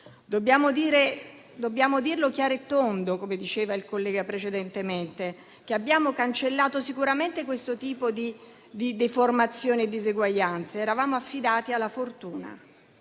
Dobbiamo dirlo chiaro e tondo, come affermava il collega precedentemente: abbiamo cancellato sicuramente questo tipo di deformazione e diseguaglianza. Eravamo affidati alla fortuna.